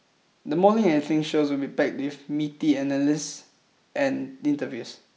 the morning and things shows will be packed with meaty analyses and interviews